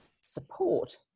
support